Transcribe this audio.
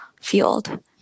field